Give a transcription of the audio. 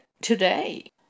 today